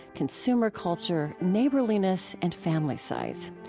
consumer culture, neighborliness, and family size.